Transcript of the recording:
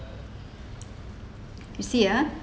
you see ah